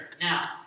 Now